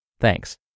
Thanks